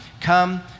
come